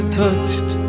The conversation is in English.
touched